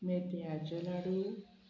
मेथ्यांचे लाडू